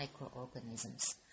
microorganisms